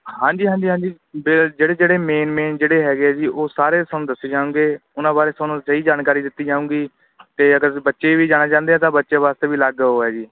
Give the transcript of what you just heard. ਹਾਂਜੀ ਹਾਂਜੀ ਹਾਂਜੀ ਅਤੇ ਜਿਹੜੇ ਜਿਹੜੇ ਮੇਨ ਮੇਨ ਜਿਹੜੇ ਹੈਗੇ ਹੈ ਜੀ ਉਹ ਸਾਰੇ ਤੁਹਾਨੂੰ ਦੱਸੇ ਜਾਣਗੇ ਉਹਨਾਂ ਬਾਰੇ ਤੁਹਾਨੂੰ ਸਹੀ ਜਾਣਕਾਰੀ ਦਿੱਤੀ ਜਾਊਂਗੀ ਅਤੇ ਅਗਰ ਬੱਚੇ ਵੀ ਜਾਣਾ ਚਾਹੁੰਦੇ ਆ ਤਾਂ ਬੱਚੇ ਵਾਸਤੇ ਵੀ ਅਲੱਗ ਉਹ ਹੈ ਜੀ